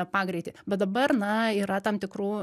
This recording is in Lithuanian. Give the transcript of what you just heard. pagreitį bet dabar na yra tam tikrų